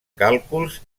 càlculs